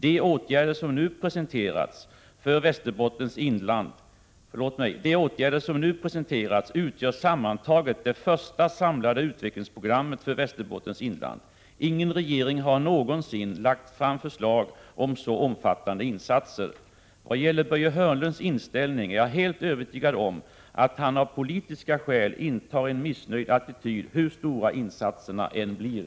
De åtgärder som nu presenteras 4 Å z SEA Om regionalpolitiska utgör sammantaget det första samlade utvecklingsprogrammet för Väster = öre : 4 é A insatser i Västerbottens bottens inland. Ingen regering har någonsin lagt fram förslag om så inlönd omfattande insatser. Vad gäller Börje Hörnlunds inställning är jag helt övertygad om att han av politiska skäl intar en missnöjd attityd hur stora insatserna än blir.